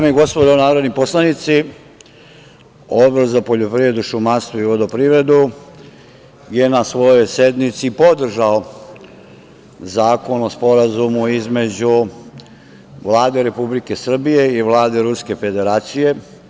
Dame i gospodo narodni poslanici, Odbor za poljoprivredu, šumarstvo i vodoprivredu je na svojoj sednici podržao Zakon o sporazumu između Vlade Republike Srbije i Vlade Ruske Federacije.